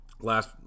Last